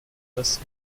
das